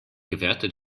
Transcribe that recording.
gewährte